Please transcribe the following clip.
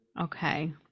Okay